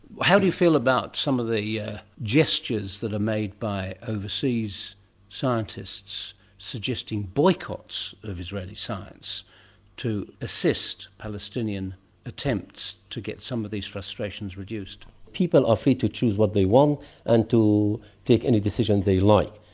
how do you feel about some of the yeah gestures that are made by overseas scientists suggesting boycotts of israeli science to assist palestinian attempts to get some of these frustrations reduced? people are free to choose what they want and to take any decisions they like,